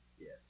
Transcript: Yes